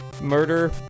murder